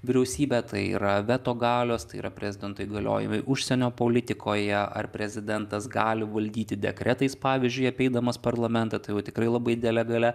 vyriausybę tai yra veto galios tai yra prezidento įgaliojimai užsienio politikoje ar prezidentas gali valdyti dekretais pavyzdžiui apeidamas parlamentą tai jau tikrai labai didelė galia